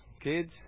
kids